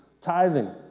tithing